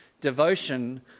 devotion